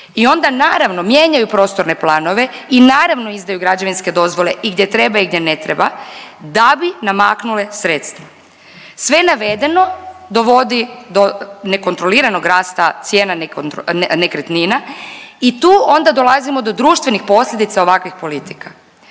I onda naravno mijenjaju prostorne planove i naravno izdaju građevinske dozvole i gdje treba i gdje ne treba da bi namaknule sredstva. Sve navedeno dovodi do nekontroliranog rasta cijena nekretnina i tu onda dolazimo do društvenih posljedica ovakvih politika.